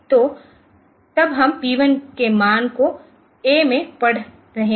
तो तब हम p 1 के मान को a में पढ़ रहे हैं